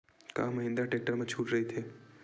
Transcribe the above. का महिंद्रा टेक्टर मा छुट राइथे?